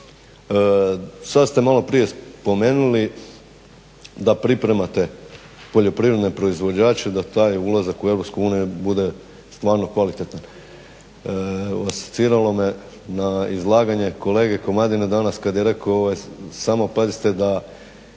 Sad ste malo prije spomenuli da pripremate poljoprivredne proizvođače da taj ulazak u EU bude stvarno kvalitetan. Asociralo me na izlaganje kolege Komadine danas, kad je reko samo pazite da